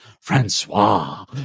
Francois